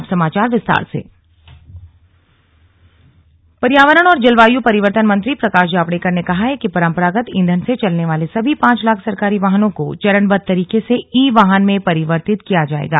अब समाचार विस्तार से प्रकाश जावडेकर पर्यावरण और जलवायु परिवर्तन मंत्री प्रकाश जावडेकर ने कहा है कि परंपरागत ईंधन से चलने वाले सभी पांच लाख सरकारी वाहनों को चरणबद्ध तरीके से ई वाहन में परिवर्तित किया जाएगा